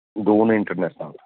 doon international